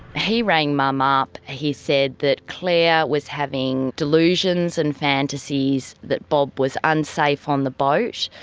he rang mum up, he said that claire was having delusions and fantasies that bob was unsafe on the boat,